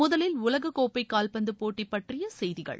முதலில் உலகக்கோப்பை கால்பந்து போட்டி பற்றிய செய்திகள்